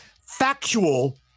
factual